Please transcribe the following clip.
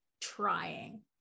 trying